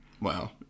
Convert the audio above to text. Wow